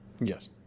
yes